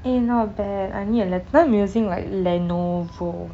eh not bad I need like I tried using like lenovo